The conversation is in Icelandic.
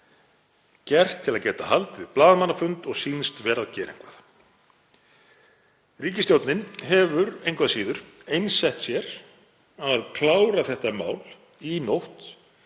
gert til að geta haldið blaðamannafund og sýnast vera að gera eitthvað. Ríkisstjórnin hefur engu að síður einsett sér að klára málið í nótt,